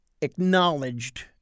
acknowledged